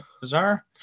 bizarre